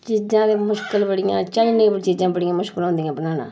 चीजां ते मुश्कल बड़ियां चाइनिज चीजां बड़ियां मुश्कल होंदियां बनाना